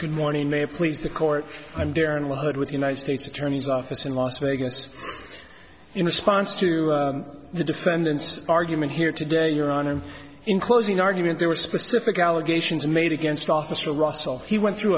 good morning may please the court i'm there and we heard with the united states attorney's office in las vegas in response to the defendant's argument here today your honor and in closing argument there were specific allegations made against officer russell he went through